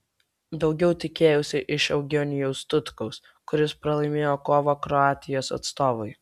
daugiau tikėjausi iš eugenijaus tutkaus kuris pralaimėjo kovą kroatijos atstovui